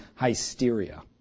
hysteria